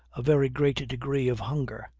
a very great degree of hunger,